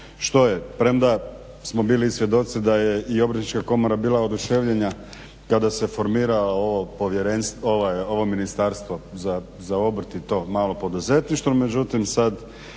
što je, premda smo bili i svjedoci da je i Obrtnička komora bila oduševljena kada se formiralo ovo Ministarstvo za obrt i to malo poduzetništvo.